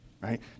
right